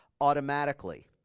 automatically